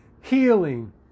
healing